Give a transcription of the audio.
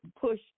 push